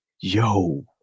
Yo